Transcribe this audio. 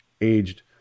aged